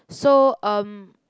so um